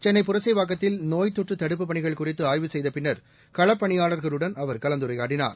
சென்னை புரவொக்கத்தில் நோய் தொற்று தடுப்புப் பணிகள் குறித்து ஆய்வு செய்த பின்னர் களப்பணியாள்களுடன் அவர் கலந்துரையாடினார்